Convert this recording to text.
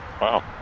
Wow